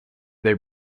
they